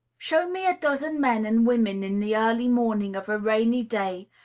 show me a dozen men and women in the early morning of a rainy day,